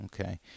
Okay